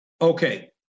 Okay